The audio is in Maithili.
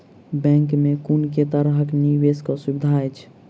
बैंक मे कुन केँ तरहक निवेश कऽ सुविधा अछि?